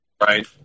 Right